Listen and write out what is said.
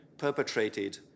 perpetrated